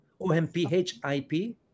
OMPHIP